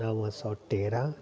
नव सौ तेरहं